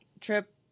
Trip